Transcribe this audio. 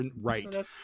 right